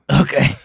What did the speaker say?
Okay